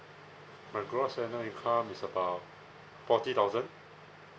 my gross annual income is about forty thousand